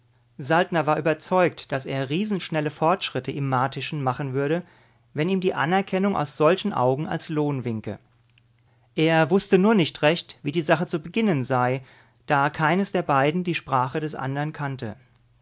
saltner war überzeugt daß er riesenschnelle fortschritte im martischen machen würde wenn ihm die anerkennung aus solchen augen als lohn winke er wußte nur nicht recht wie die sache zu beginnen sei da keines der beiden die sprache des andern kannte